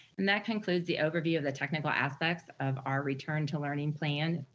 and that concludes the overview of the technical aspects of our return to learning plan.